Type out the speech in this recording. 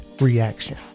reaction